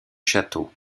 château